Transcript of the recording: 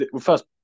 first